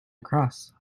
across